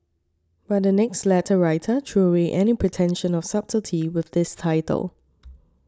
but the next letter writer threw away any pretension of subtlety with this title